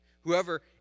Whoever